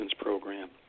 program